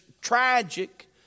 tragic